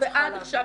עד עכשיו,